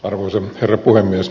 arvoisa herra puhemies